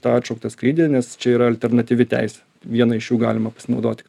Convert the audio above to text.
tą atšauktą skrydį nes čia yra alternatyvi teisė viena iš šių galima pasinaudot